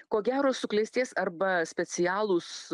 ko gero suklestės arba specialūs